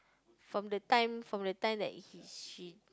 from the time from the time that he she